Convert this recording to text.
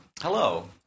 Hello